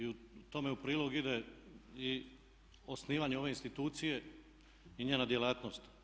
Tome u prilog ide i osnivanje ove institucije i njena djelatnost.